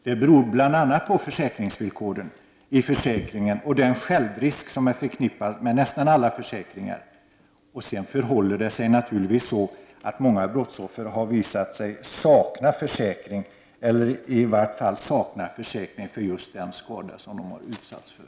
Det beror bl.a. på försäkringsvillkoren och på den självrisk som är förknippad med nästan alla försäkringar. Dessutom har det visat sig att många brottsoffer saknar försäkring eller att de i vart fall saknar försäkring för just den skada som de har utsatts för.